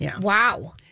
Wow